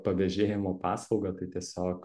pavėžėjimo paslaugą tai tiesiog